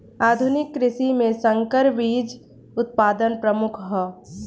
आधुनिक कृषि में संकर बीज उत्पादन प्रमुख ह